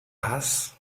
hass